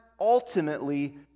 ultimately